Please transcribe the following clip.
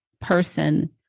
person